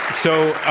so,